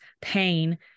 pain